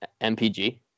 MPG